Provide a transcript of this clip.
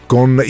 Con